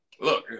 look